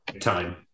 time